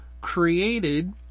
created